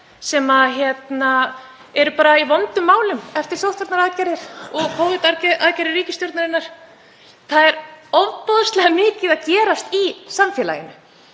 sem eru í vondum málum eftir sóttvarnaaðgerðir og Covid-aðgerðir ríkisstjórnarinnar. Það er ofboðslega mikið að gerast í samfélaginu.